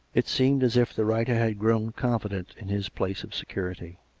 it seemed as if the writer had grown confident in his place of security.